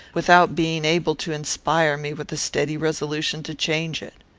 without being able to inspire me with a steady resolution to change it.